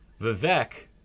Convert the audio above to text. Vivek